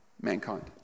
mankind